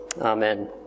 Amen